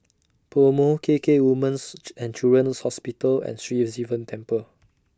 Pomo K K Women's and Children's Hospital and Sri Sivan Temple